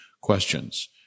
questions